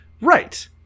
Right